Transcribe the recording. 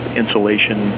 insulation